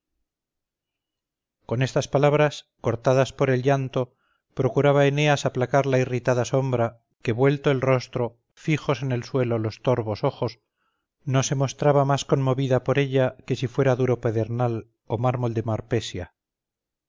con estas palabras cortadas por el llanto procuraba eneas aplacar la irritada sombra que vuelto el rostro fijos en el suelo los torvos ojos no se mostraba más conmovida por ellas que si fuera duro pedernal o mármol de